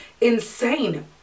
insane